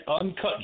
uncut